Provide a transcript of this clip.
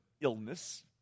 illness